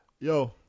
Yo